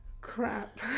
crap